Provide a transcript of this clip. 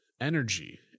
energy